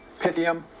Pythium